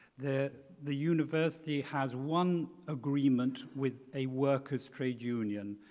the the university has one agreement with a workers trade union.